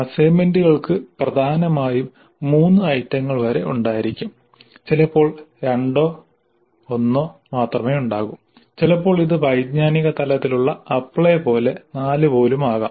അസൈൻമെൻറുകൾക്ക് പ്രധാനമായും മൂന്ന് ഐറ്റങ്ങൾ വരെ ഉണ്ടായിരിക്കും ചിലപ്പോൾ രണ്ടോ ഒന്നോ മാത്രമേ ഉണ്ടാകൂ ചിലപ്പോൾ ഇത് വൈജ്ഞാനിക തലത്തിലുള്ള അപ്ലൈ പോലെ നാല് പോലും ആകാം